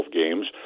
games